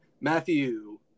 Matthew